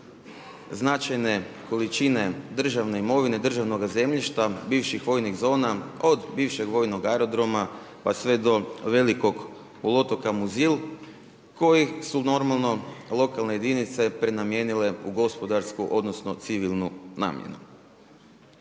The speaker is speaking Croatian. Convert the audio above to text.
značajne količine državne imovine, državnoga zemljišta, bivših vojnih zona od bivšeg vojnog aerodroma pa sve do velikog poluotoka Muzil koji su normalno lokalne jedinice prenamijenile u gospodarsku, odnosno civilnu namjenu.